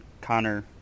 Connor